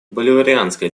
боливарианская